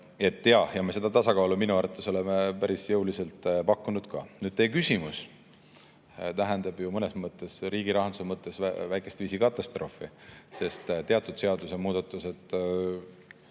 Me seda tasakaalu minu arvates oleme päris jõuliselt pakkunud. Nüüd, teie küsimus tähendab ju riigi rahanduse mõttes väikestviisi katastroofi, sest teatud seadusemuudatused,